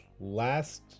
last